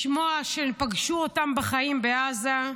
לשמוע שהם פגשו אותם בחיים בעזה,